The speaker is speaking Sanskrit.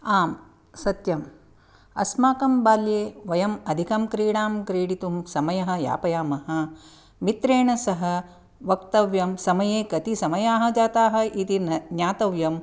आम् सत्यम् अस्माकं बाल्ये वयं अधिकं क्रीडां क्रीडितुं समयः यापयामः मित्रेण सह वक्तव्यं समये कति समयाः जाताः इति ज्ञातव्यम्